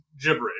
gibberish